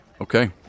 Okay